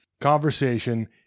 conversation